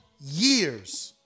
years